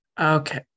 Okay